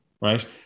right